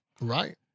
Right